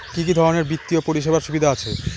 কি কি ধরনের বিত্তীয় পরিষেবার সুবিধা আছে?